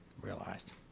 realized